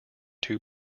two